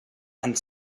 and